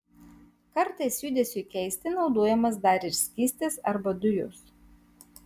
kartais judesiui keisti naudojamas dar ir skystis arba dujos